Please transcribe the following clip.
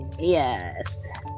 yes